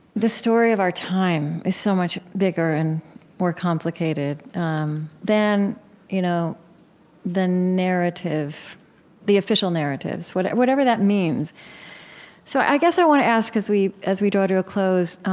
the story of our time is so much bigger, and more complicated than you know the narrative the official narratives, whatever whatever that means so i guess i want to ask, as we as we draw to a close